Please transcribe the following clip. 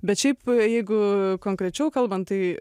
bet šiaip jeigu konkrečiau kalbant tai